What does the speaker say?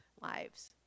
lives